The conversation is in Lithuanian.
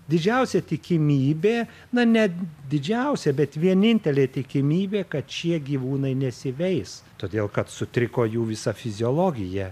didžiausia tikimybė na ne didžiausia bet vienintelė tikimybė kad šie gyvūnai nesiveis todėl kad sutriko jų visa fiziologija